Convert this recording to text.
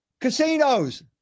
Casinos